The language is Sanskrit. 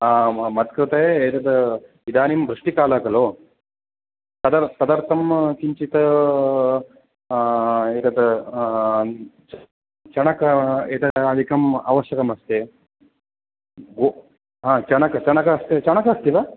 मत्कृते एतत् इदानीं वृष्टिकालः खलु तदर्त् तदर्थं किञ्चित् एतत् चणकम् एतत् आदिकम् आवश्यकमस्ति हा चणकं चणकं अस्ति चणकम् अस्ति वा